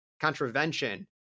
contravention